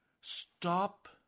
stop